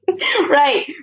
Right